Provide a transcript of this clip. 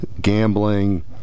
gambling